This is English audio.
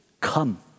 come